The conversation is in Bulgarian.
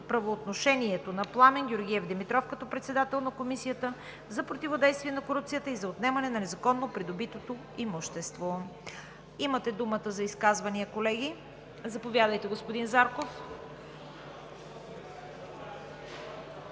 правоотношението на Пламен Георгиев Димитров като председател на Комисията за противодействие на корупцията и за отнемане на незаконно придобитото имущество.“ Имате думата за изказвания, колеги. Заповядайте, господин Зарков.